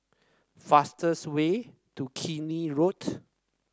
fastest way to Keene Road